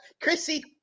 Chrissy